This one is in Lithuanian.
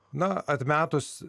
na atmetus